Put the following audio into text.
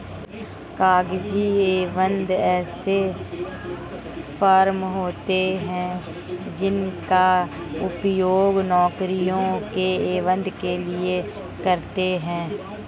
कागजी आवेदन ऐसे फॉर्म होते हैं जिनका उपयोग नौकरियों के आवेदन के लिए करते हैं